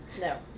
No